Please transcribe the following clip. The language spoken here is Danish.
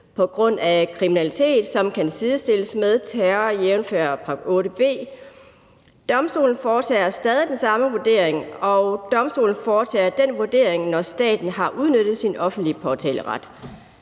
på grund af kriminalitet, som kan sidestilles med terror, jævnfør § 8 B. Domstolene foretager stadig den samme vurdering, og domstolene foretager den vurdering, når staten har udnyttet sin offentlige påtaleret.